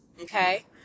Okay